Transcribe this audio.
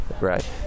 right